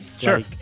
Sure